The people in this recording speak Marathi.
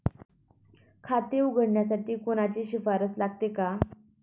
खाते उघडण्यासाठी कोणाची शिफारस लागेल का?